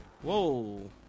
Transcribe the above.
Whoa